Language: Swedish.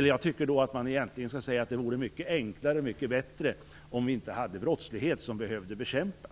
Jag tycker då att man egentligen borde säga att det vore mycket enklare och bättre om det inte fanns någon brottslighet att bekämpa.